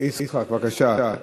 אני רוצה, יצחק, בבקשה.